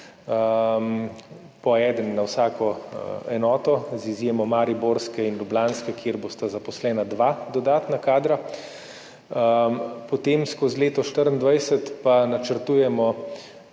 po eden na vsako enoto, z izjemo mariborske in ljubljanske, kjer bosta zaposlena dva dodatna kadra. Potem pa v letu 2024 načrtujemo